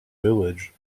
village